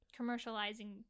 commercializing